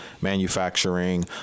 Manufacturing